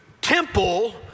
temple